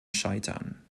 scheitern